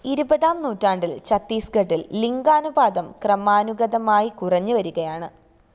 ഇരുപതാം നൂറ്റാണ്ടിൽ ഛത്തീസ്ഗഡിൽ ലിംഗാനുപാതം ക്രമാനുഗതമായി കുറഞ്ഞ് വരികയാണ്